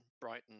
Brighton